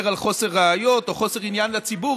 על חוסר ראיות או חוסר עניין לציבור,